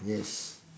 yes